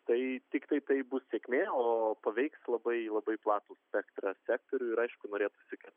tai tiktai taip bus sėkmė o paveiks labai labai platų spektrą sektorių ir aišku norėtųsi kad